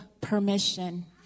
permission